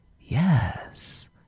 yes